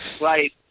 Right